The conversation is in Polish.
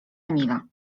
emila